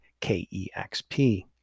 KEXP